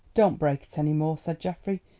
don't break it any more, said geoffrey.